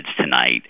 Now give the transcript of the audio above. tonight